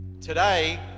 Today